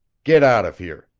get out of here!